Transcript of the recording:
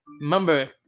remember